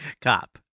Cop